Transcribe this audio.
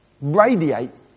radiate